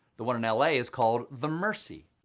the one in l a. is called the mercy.